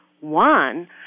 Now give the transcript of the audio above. one